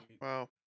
Wow